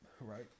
Right